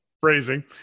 phrasing